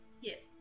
Yes